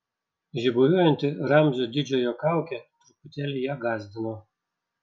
žiburiuojanti ramzio didžiojo kaukė truputėlį ją gąsdino